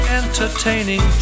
entertaining